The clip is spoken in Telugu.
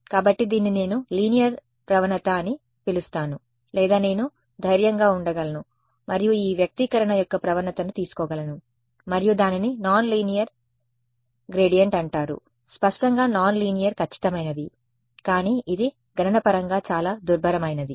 కాబట్టి దీన్ని నేను లీనియర్ ప్రవణత అని పిలుస్తాను లేదా నేను ధైర్యంగా ఉండగలను మరియు ఈ వ్యక్తీకరణ యొక్క ప్రవణతను తీసుకోగలను మరియు దానిని నాన్ లీనియర్ గ్రేడియంట్ అంటారు స్పష్టంగా నాన్ లీనియర్ ఖచ్చితమైనది కానీ ఇది గణనపరంగా చాలా దుర్భరమైనది